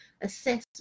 assess